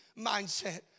mindset